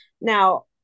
Now